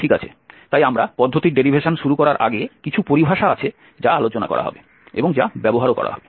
ঠিক আছে তাই আমরা পদ্ধতির ডেরিভেশন শুরু করার আগে কিছু পরিভাষা আছে যা আলোচনা করা হবে এবং যা ব্যবহার করা হবে